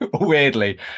weirdly